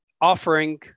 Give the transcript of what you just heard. offering